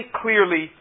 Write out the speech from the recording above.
clearly